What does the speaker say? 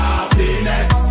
Happiness